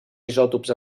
isòtops